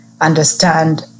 understand